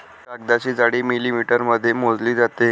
कागदाची जाडी मिलिमीटरमध्ये मोजली जाते